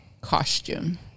costume